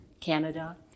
Canada